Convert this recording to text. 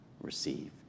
received